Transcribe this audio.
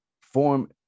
form